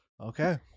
okay